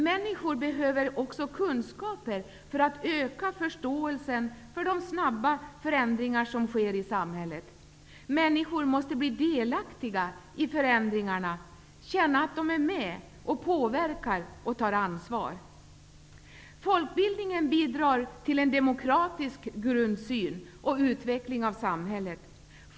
Människor behöver också kunskaper för att öka förståelsen för de snabba förändringar som sker i samhället. Människor måste bli delaktiga i förändringarna. De måste få känna att de är med och påverkar och att de tar ansvar. Folkbildningen bidrar till demokratisk grundsyn och samhällsutveckling.